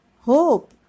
Hope